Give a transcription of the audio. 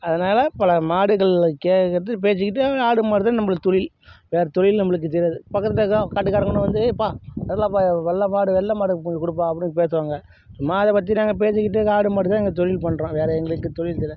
அதனால பல மாடுகளில் கேக்கறது பேசிக்கிட்டே ஆடு மாடு தான் நம்மளுக்கு தொழில் வேறு தொழில் நம்மளுக்கு தெரியாது பக்கத்தில் இருக்கிற காட்டுக்காரங்களும் வந்து எப்பா வெள்ளை மா வெள்ளை மாடு வெள்ளை மாடு கொஞ்சம் கொடுப்பா அப்படின்னு கேக்குவாங்க சும்மா அதை பற்றி நாங்கள் பேசிக்கிட்டே இந்த ஆடு மாடு தான் இங்கே தொழில் பண்ணுறோம் வேறு எங்களுக்கு தொழில் தெரியாது